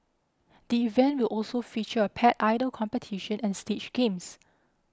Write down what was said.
the event will also feature a Pet Idol competition and stage games